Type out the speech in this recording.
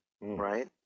right